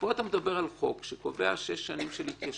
פה אתה מדבר על חוק שקובע שש שנים של התיישנות.